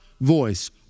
voice